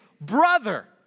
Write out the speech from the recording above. brother